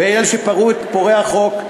ומי שפורע חוק,